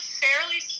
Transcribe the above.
fairly